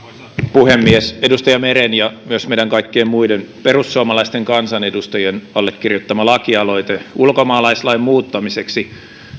puhemies edustaja meren ja myös meidän kaikkien muiden perussuomalaisten kansanedustajien allekirjoittama lakialoite ulkomaalaislain muuttamiseksi